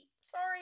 sorry